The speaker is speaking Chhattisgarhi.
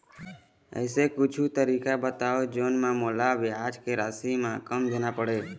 ऐसे कुछू तरीका बताव जोन म मोला ब्याज के राशि कम देना पड़े?